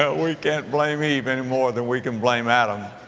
ah we can't blame eve any more than we can blame adam.